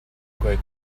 quel